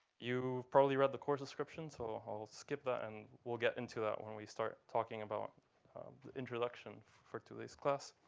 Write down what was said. you probably read the course description. so i'll skip that. and we'll get into that when we start talking about introduction for today's class.